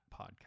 podcast